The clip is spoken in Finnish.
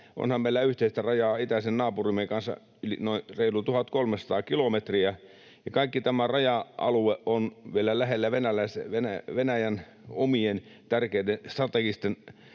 Onhan meillä yhteistä rajaa itäisen naapurimme kanssa reilu 1 300 kilometriä, ja kaikki tämä raja-alue on vielä lähellä Venäjän omien tärkeiden strategisten